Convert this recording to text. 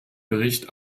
bericht